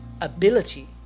ability